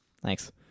Thanks